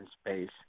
space